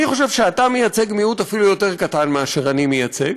אני חושב שאתה מייצג מיעוט אפילו יותר קטן מאשר אני מייצג,